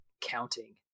counting